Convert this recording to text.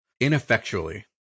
Ineffectually